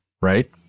right